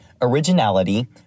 originality